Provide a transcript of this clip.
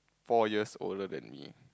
four years' older than me